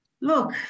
Look